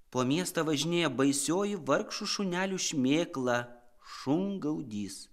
po miestą važinėja baisioji vargšų šunelių šmėkla šungaudys